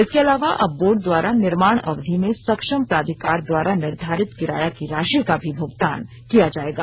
इसके अलावा अब बोर्ड द्वारा निर्माण अवधि में सक्षम प्राधिकार द्वारा निर्धारित किराया की राशि का भी भुगतान किया जायेगा